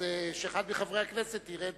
אז שאחד מחברי הכנסת ירד